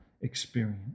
experience